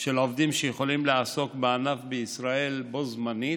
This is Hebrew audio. של עובדים שיכולים לעסוק בענף בישראל בו זמנית,